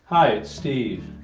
hi, it's steve.